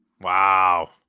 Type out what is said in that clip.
Wow